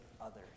others